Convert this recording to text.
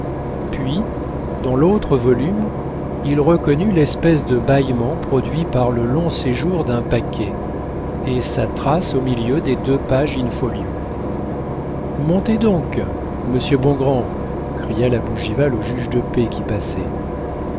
puis dans l'autre volume il reconnut l'espèce de bâillement produit par le long séjour d'un paquet et sa trace au milieu des deux pages in-folio montez donc monsieur bongrand cria la bougival au juge de paix qui passait